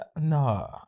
no